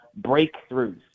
breakthroughs